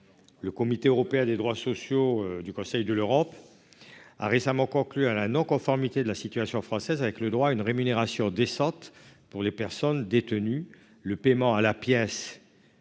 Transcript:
le Comité européen des droits sociaux du Conseil de l'Europe a récemment conclu à la non-conformité de la situation française avec le droit à une rémunération décente pour les personnes détenues, le paiement à la pièce,